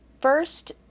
first